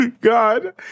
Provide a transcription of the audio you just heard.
God